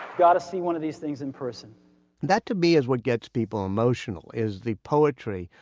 got to see one of these things in person that to me is what gets people emotional, is the poetry.